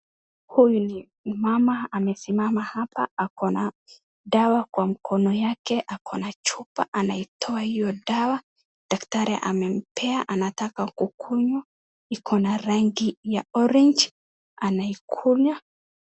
Huyu ni mama amesimama hapa ako na dawa kwa mkono yake, ako na chupa anaitoa hiyo dawa, daktari amempea anataka kukunywa, iko na rangi ya orange anaikunywa.